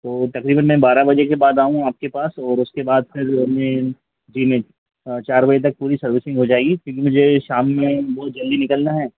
तो तकरीबन मैं बारह बजे के बाद आऊँ आपके पास और उसके बाद फ़िर मैं जी मैं चार बजे तक पूरी सर्विसिंग हो जाएगी फ़िर मुझे शाम में बहुत जल्दी निकलना है